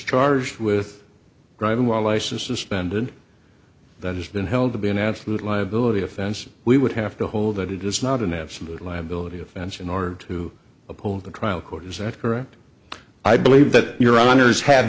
charged with driving while license suspended that has been held to be an absolute liability offense we would have to hold that it is not an absolute liability offense in order to uphold the trial court is that correct i believe that